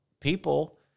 people